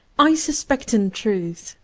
i sus pect, in truth,